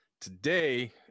today